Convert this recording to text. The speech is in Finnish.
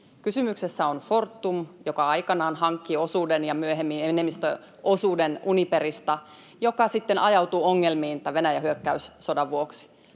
Kysymyksessä on Fortum, joka aikanaan hankki osuuden ja myöhemmin enemmistöosuuden Uniperista, joka sitten ajautui ongelmiin Venäjän hyökkäyssodan vuoksi.